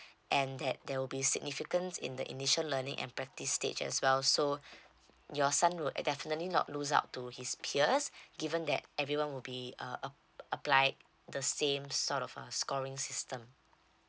and that there will be significance in the initial learning and practice stage as well so your son will definitely not lose out to his peers given that everyone will be uh ap~ applied the same sort of a scoring system